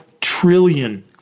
trillion